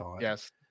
Yes